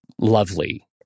lovely